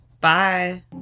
Bye